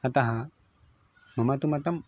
अतः मम तु मतं